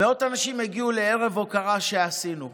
מאות אנשים הגיעו לערב ההוקרה שעשינו.